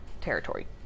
territory